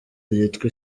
ryitwa